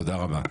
תודה רבה.